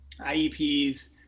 IEPs